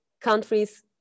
countries